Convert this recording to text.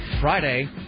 Friday